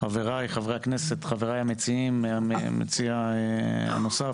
חבריי חברי הכנסת, חבריי המציעים, המציע הנוסף.